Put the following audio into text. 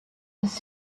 has